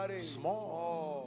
Small